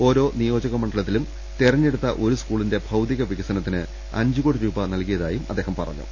ഓരോ നിയോജക മണ്ഡല ത്തിലും തെരഞ്ഞെടുത്ത ഒരു സ്കൂളിന്റെ ഭൌതിക വിക സനത്തിന് അഞ്ച് കോടി രൂപ നൽകിയതായും അദ്ദേഹം പറഞ്ഞു